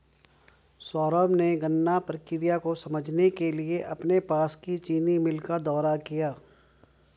सौरभ ने गन्ना प्रक्रिया को समझने के लिए अपने पास की चीनी मिल का दौरा किया